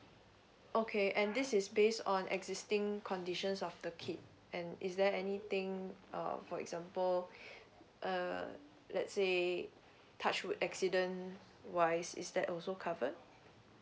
okay and this is base on existing conditions of the kid and is there anything uh for example uh let's say accident wise is that also covered